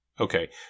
Okay